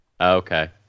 Okay